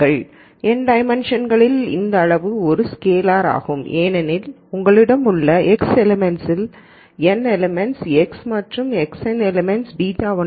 N டைமென்ஷன்ங்களில் இந்த அளவு ஒரு ஸ்கேலார் ஆகும் ஏனெனில் உங்களிடம் உள்ள X எலிமென்ட்ஸ் இல் n எலிமென்ட்ஸ் X மற்றும் n எலிமென்ட்ஸ் β1 உள்ளன